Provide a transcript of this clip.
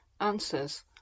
Answers